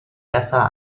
besser